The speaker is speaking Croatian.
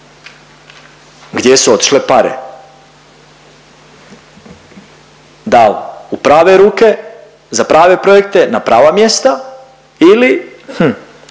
Gdje su otišle pare? Da li u prave ruke za prave projekte, na prava mjesta ili